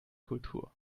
kultur